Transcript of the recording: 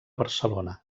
barcelona